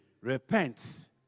repent